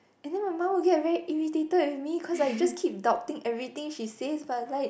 and then my mum will get very irritated with me because I just keep doubting everything she say but like